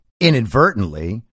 inadvertently